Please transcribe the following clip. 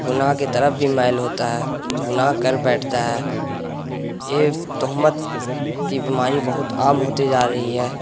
گناہ کی طرف بھی مائل ہوتا ہے گناہ کر بیٹھتا ہے یہ تہمت کی بیماری بہت عام ہوتی جا رہی ہے